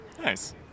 Nice